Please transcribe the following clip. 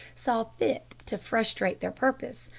saw fit to frustrate their purpose,